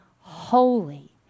holy